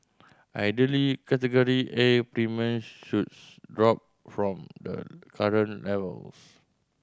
ideally Category A premiums should drop from the current levels